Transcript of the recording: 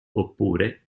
oppure